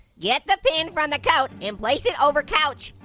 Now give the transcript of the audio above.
get the pin from the coat, and place it over couch,